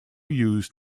used